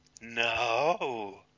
No